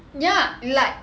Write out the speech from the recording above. ya like